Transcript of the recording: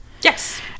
yes